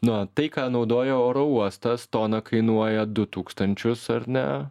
nu va tai ką naudoja oro uostas tona kainuoja du tūkstančius ar ne